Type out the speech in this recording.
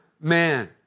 man